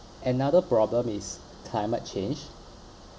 another problem is climate change